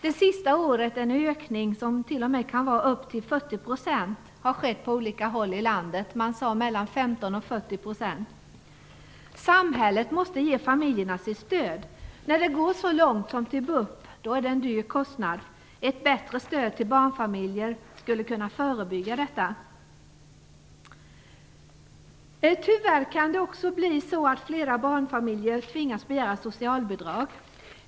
Det senaste året har det skett en ökning på upp till 40 % på olika håll i landet. Man talade om mellan 15 och 40 %. Samhället måste ge familjerna sitt stöd. När det går så långt som till BUP är det en dyr kostnad. Ett bättre stöd till barnfamiljer skulle kunna förebygga detta. Tyvärr kan flera barnfamiljer tvingas begära socialbidrag.